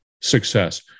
success